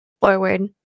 forward